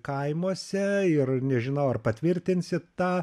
kaimuose ir nežinau ar patvirtinsit tą